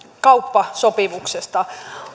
kauppasopimuksesta